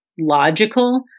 Logical